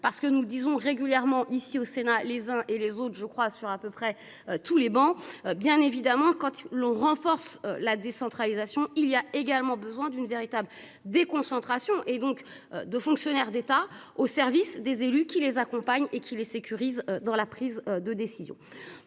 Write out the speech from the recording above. parce que nous disons régulièrement ici au Sénat, les uns et les autres, je crois, sur à peu près tous les bancs, bien évidemment, quand l'on renforce la décentralisation, il y a également besoin d'une véritable déconcentration et donc de fonctionnaires d'État, au service des élus qui les accompagnent et qui les sécurisent dans la prise de décision.